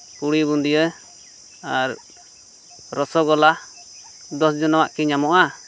ᱯᱩᱨᱤ ᱵᱩᱫᱤᱭᱟᱹ ᱟᱨ ᱨᱚᱥᱚᱜᱳᱞᱞᱟ ᱫᱚᱥ ᱡᱚᱱᱟᱜ ᱠᱤ ᱧᱟᱢᱚᱜᱼᱟ